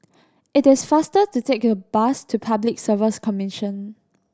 it is faster to take the bus to Public Service Commission